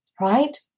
right